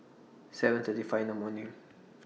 seven thirty five in The morning